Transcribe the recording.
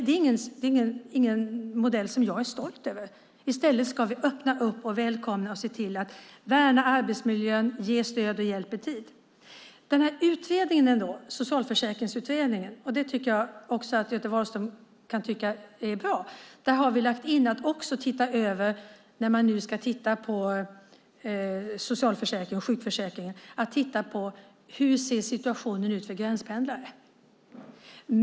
Det är ingen modell som jag är stolt över. I stället ska vi öppna upp och välkomna och se till att värna arbetsmiljön och ge stöd och hjälp i tid. I Socialförsäkringsutredningen, och det tror jag också att Göte Wahlström kan tycka är bra, har vi också lagt in att se över hur situationen ser ut för gränspendlare när det gäller socialförsäkringen och sjukförsäkringen.